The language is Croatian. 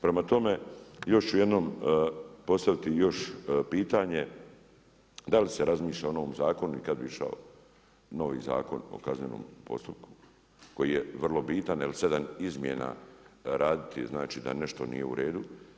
Prema tome, još ću jednom postaviti još pitanje da li se razmišlja o onom zakonu i kad bi išao novi Zakon o kaznenom postupku koji je vrlo bitan, jer sedam izmjena raditi, znači da nešto nije u redu.